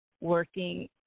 working